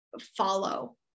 follow